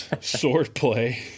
Swordplay